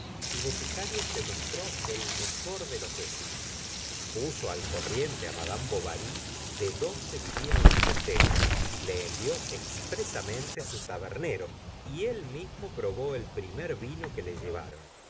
el boticario se mostró el mejor de los vecinos puso al corriente madame bovary de donde vivían los tenderos le envió expresamente su tabernero y él mismo probó el primer vino que le llevaron